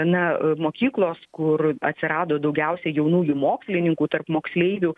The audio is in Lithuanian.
na mokyklos kur atsirado daugiausia jaunųjų mokslininkų tarp moksleivių